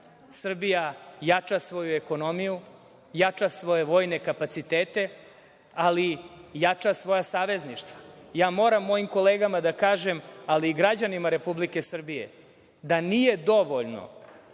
Srbija jača svoju ekonomiju, jača svoje vojne kapacitete, ali jača svoja savezništva. Moram mojim kolegama da kažem, ali i građanima Republike Srbije, da nije dovoljno